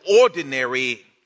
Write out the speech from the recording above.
ordinary